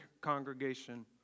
congregation